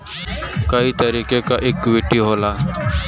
कई तरीके क इक्वीटी होला